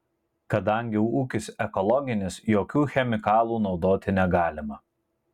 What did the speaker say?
kadangi ūkis ekologinis jokių chemikalų naudoti negalima